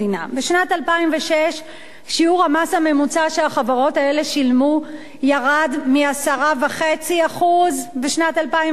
בשנת 2006 שיעור המס הממוצע שהחברות האלה שילמו ירד מ-10.5% בשנת 2006,